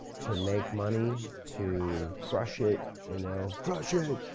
to make money to crush it, you know? crush it!